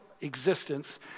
existence